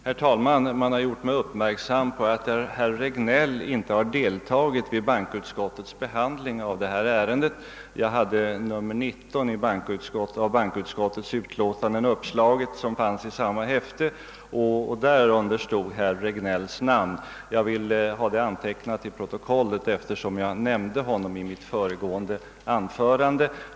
Herr talman! Man har gjort mig uppmärksam på att herr Regnéll inte har deltagit vid bankoutskottets behandling av detta ärende. Jag hade nr 19 av bankoutskottets utlåtande uppslaget, som finns i samma häfte, och därunder stod herr Regnélls namn. Jag vill ha det antecknat till protokollet, eftersom jag nämnde honom i mitt föregående anförande.